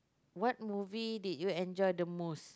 what movie did you enjoy the most